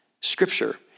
Scripture